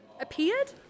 appeared